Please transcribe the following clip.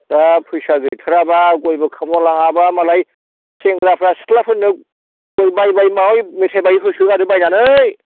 दा फैसा गैथ्राबा गयबो खावना लाङाबा मालाय सेंग्राफ्रा सिख्लाफोरनो गय बाय बाय माबा माबि मेथाइ बायै होसोगारो बायनानै